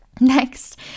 next